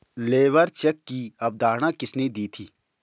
Labour check की अवधारणा किसने दी थी?